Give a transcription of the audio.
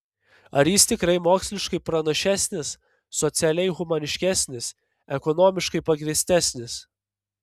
ar jis tikrai moksliškai pranašesnis socialiai humaniškesnis ekonomiškai pagrįstesnis